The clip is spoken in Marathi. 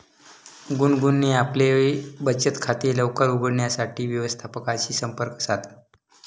गुनगुनने आपले बचत खाते लवकर उघडण्यासाठी व्यवस्थापकाशी संपर्क साधला